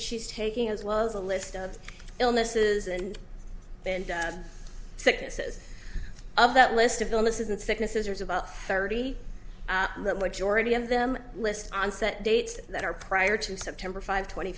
she's taking as well as a list of illnesses and then sicknesses of that list of illnesses and sicknesses there's about thirty in the majority of them list onset dates that are prior to september five twenty